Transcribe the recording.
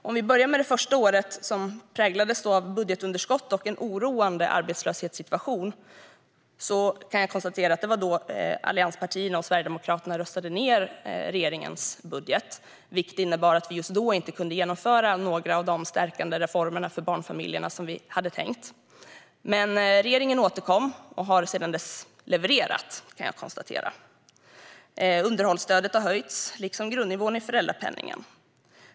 Vi kan börja med det första året, som präglades av budgetunderskott och en oroande arbetslöshetssituation. Jag kan konstatera att det var då allianspartierna och Sverigedemokraterna röstade ned regeringens budget, vilket innebar att vi just då inte kunde genomföra några av de stärkande reformer för barnfamiljerna som vi hade tänkt. Men regeringen återkom och har sedan dess levererat, kan jag konstatera. Underhållsstödet har höjts, liksom grundnivån i föräldrapenningen.